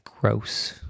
gross